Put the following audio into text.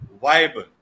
viable